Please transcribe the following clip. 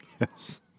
Yes